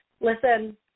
Listen